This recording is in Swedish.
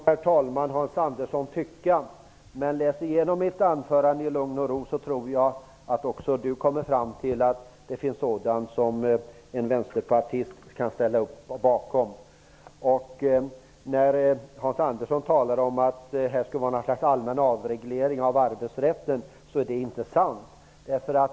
Herr talman! Det må Hans Andersson tycka. Men om Hans Andersson läser igenom mitt anförande i lugn och ro, kommer nog också han fram till att det finns sådant som en vänsterpartist kan ställa sig bakom. Hans Andersson påstod att det skulle ske en allmän avreglering av arbetsrätten, men det är inte sant.